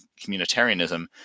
communitarianism